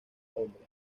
hombre